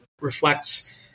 reflects